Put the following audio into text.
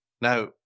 Now